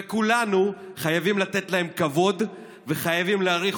וכולנו חייבים לתת להם כבוד וחייבים להעריך